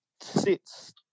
sits